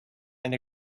and